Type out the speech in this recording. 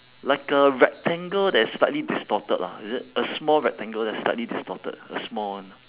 like a rectangle that's slightly distorted lah is it a small rectangle that's slightly distorted a small one